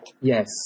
Yes